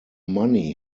money